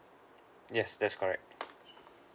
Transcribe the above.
yes that's correct